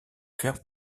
faire